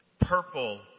purple